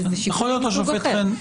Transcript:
זה שיקול אחר.